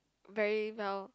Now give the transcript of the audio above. very well